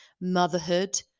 motherhood